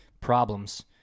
problems